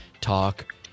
Talk